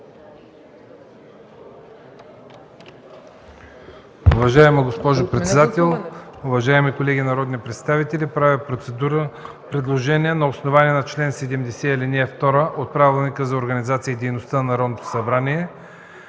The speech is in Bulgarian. Уважаема госпожо председател, уважаеми колеги народни представители, правя процедурно предложение на основание чл. 70, ал. 2 от Правилника за организацията и дейността на Народното събрание